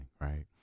right